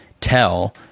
tell